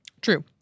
True